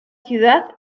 ciudad